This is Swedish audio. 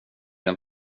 den